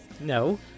No